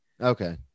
Okay